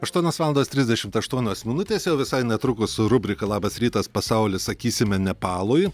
aštuonios valandos trisdešimt aštuonios minutės jau visai netrukus su rubrika labas rytas pasauli sakysime nepalui